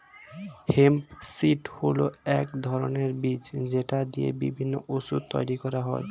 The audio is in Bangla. হেম্প সীড হল এক ধরনের বীজ যেটা দিয়ে বিভিন্ন ওষুধ তৈরি করা হয়